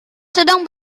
sedang